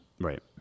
Right